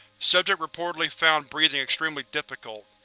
subject reportedly found breathing extremely difficult.